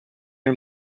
her